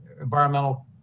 environmental